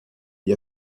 gli